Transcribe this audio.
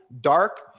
dark